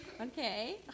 Okay